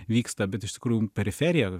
vyksta bet iš tikrųjų periferija